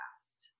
past